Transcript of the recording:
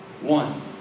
One